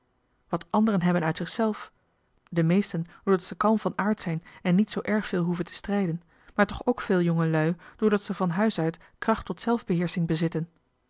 wat anderen hebben uit zichzelf de meesten doordat ze kalm van aard zijn en niet zoo erg veel hoeven te strijden maar toch ook veel jongelui doordat ze van huis uit kracht tot zelfbeheersching bezitten